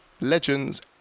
legends